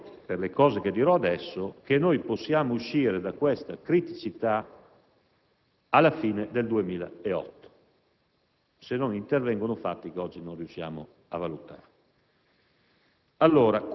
Credo, per quanto dirò adesso, che potremo uscire da questa criticità alla fine del 2008, se non intervengono fatti che oggi non riusciamo a valutare.